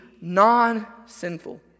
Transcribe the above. non-sinful